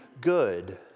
good